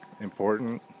important